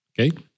Okay